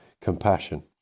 compassion